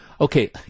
Okay